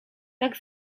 tak